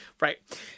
right